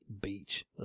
Beach